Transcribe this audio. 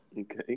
okay